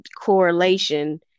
correlation